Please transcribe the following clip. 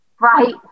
Right